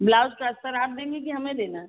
blouse का अस्तर आप देंगे कि हमें देना है